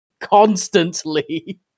constantly